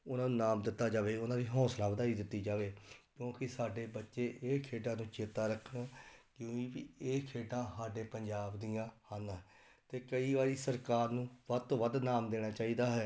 ਉਹਨਾਂ ਨੂੰ ਇਨਾਮ ਦਿੱਤਾ ਜਾਵੇ ਉਹਨਾਂ ਦੀ ਹੋਂਸਲਾ ਵਧਾਈ ਦਿੱਤੀ ਜਾਵੇ ਕਿਉਂਕਿ ਸਾਡੇ ਬੱਚੇ ਇਹ ਖੇਡਾਂ ਨੂੰ ਚੇਤਾ ਰੱਖਣ ਕਿ ਇਹ ਖੇਡਾਂ ਸਾਡੇ ਪੰਜਾਬ ਦੀਆਂ ਹਨ ਅਤੇ ਕਈ ਵਾਰੀ ਸਰਕਾਰ ਨੂੰ ਵੱਧ ਤੋਂ ਵੱਧ ਇਨਾਮ ਦੇਣਾ ਚਾਹੀਦਾ ਹੈ